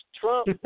Trump